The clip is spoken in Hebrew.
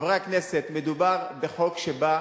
חברי הכנסת, מדובר בחוק שבא